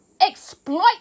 exploit